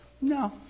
No